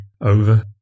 over